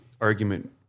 argument